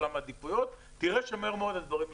העדיפויות תראה שמהר מאוד הדברים משתנים.